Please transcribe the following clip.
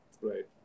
Right